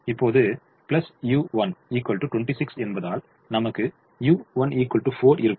இப்போது u3 26 என்பதால் நமக்கு u3 4 இருக்கும்